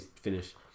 finish